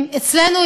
אצלנו,